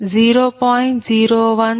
B22 0